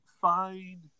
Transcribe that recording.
find